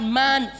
man